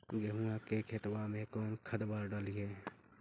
गेहुआ के खेतवा में कौन खदबा डालिए?